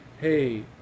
hey